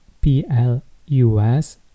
P-L-U-S